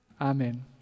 Amen